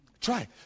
Try